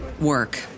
work